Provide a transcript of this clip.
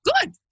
good